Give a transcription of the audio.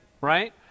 right